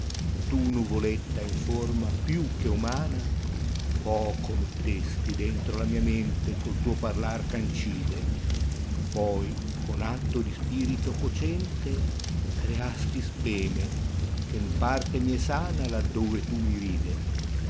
tu nuvoletta in forma più che umana foco mettesti dentro alla mia mente gol tuo parlar ch'ancide poi con atto di spirito cocente creasti speme che n parte mi è sana laddove tu mi ride